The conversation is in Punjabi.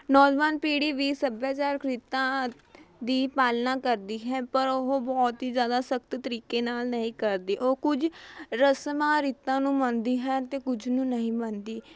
ਨੌਜਵਾਨ ਪੀੜ੍ਹੀ ਵੀ ਸੱਭਿਆਚਾਰਕ ਰੀਤਾਂ ਆਦਿ ਦੀ ਪਾਲਣਾ ਕਰਦੀ ਹੈ ਪਰ ਉਹ ਬਹੁਤ ਹੀ ਜ਼ਿਆਦਾ ਸਖਤ ਤਰੀਕੇ ਨਾਲ਼ ਨਹੀਂ ਕਰਦੀ ਉਹ ਕੁਝ ਰਸਮਾਂ ਰੀਤਾਂ ਨੂੰ ਮੰਨਦੀ ਹੈ ਅਤੇ ਕੁਝ ਨੂੰ ਨਹੀਂ ਮੰਨਦੀ